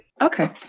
Okay